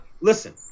Listen